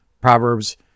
Proverbs